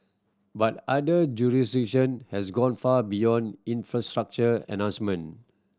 but other jurisdiction has gone far beyond infrastructure enhancement